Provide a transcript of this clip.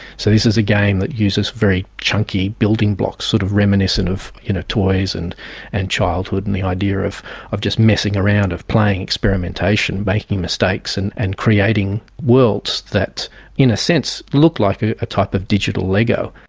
so this is a game that uses very chunky building blocks, sort of reminiscent of toys and and childhood and the idea of of just messing around, of playing, experimentation, making mistakes and and creating worlds that in a sense look like ah a type of digital lego.